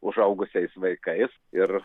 užaugusiais vaikais ir